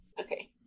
Okay